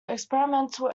experimental